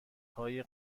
های